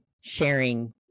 sharing